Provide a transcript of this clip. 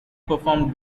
perform